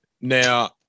now